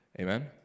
Amen